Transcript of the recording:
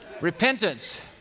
Repentance